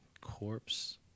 corpse